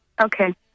okay